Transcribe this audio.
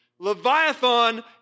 Leviathan